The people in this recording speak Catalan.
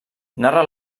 narra